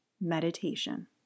meditation